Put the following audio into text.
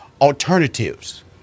alternatives